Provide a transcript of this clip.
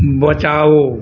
बचाओ